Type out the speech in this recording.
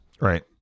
Right